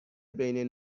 بین